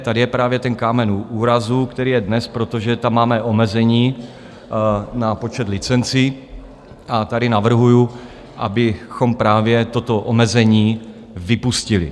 Tady je právě ten kámen úrazu, který je dnes, protože tam máme omezení na počet licencí, a tady navrhuju, abychom právě toto omezení vypustili.